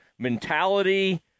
mentality